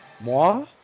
moi